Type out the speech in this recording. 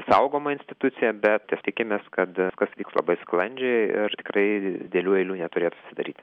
saugoma institucija bet mes tikimės kad viskas vyks labai sklandžiai ir tikrai didelių eilių neturėtų susidaryt